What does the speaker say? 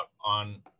on